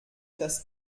das